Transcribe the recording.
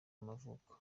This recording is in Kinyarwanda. y’amavuko